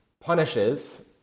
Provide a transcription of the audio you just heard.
punishes